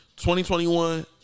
2021